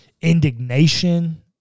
indignation